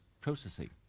processing